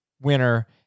winner